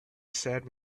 said